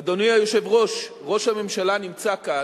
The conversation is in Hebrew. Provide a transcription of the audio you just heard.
אדוני היושב-ראש, ראש הממשלה נמצא כאן.